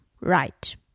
Right